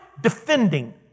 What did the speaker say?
defending